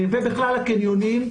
ובכלל הקנונים,